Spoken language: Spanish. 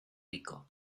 rico